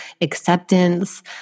acceptance